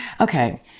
okay